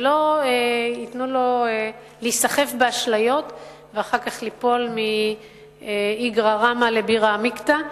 ולא ייתנו לו להיסחף באשליות ואחר כך ליפול מאיגרא רמא לבירא עמיקתא.